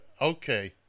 Okay